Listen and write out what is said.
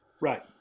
Right